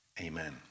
amen